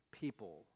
people